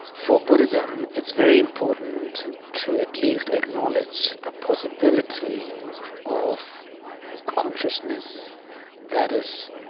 for buddhism, it's very important to at least acknowledge the possibility of consciousness that is